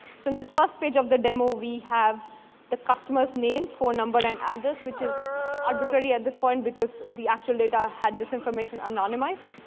so in this first page of the demo, we have the customer's name, phone number, and address, which is arbitrary at this point, because the actual data had this information anonymized.